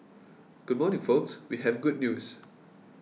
good morning folks we have good news